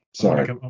Sorry